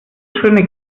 schöne